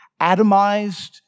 atomized